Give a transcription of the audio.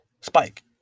spike